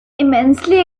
immensely